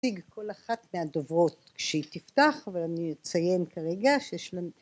‫להציג כל אחת מהדוברות כשהיא תפתח, ‫ואני אציין כרגע שיש לנו...